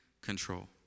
control